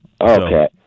okay